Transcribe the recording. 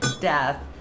death